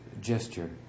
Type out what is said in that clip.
gesture